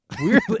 weirdly